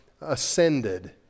ascended